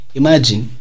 imagine